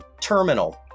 terminal